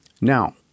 Now